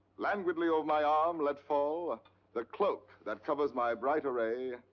languidly over my arm let fall the cloak that covers my bright array.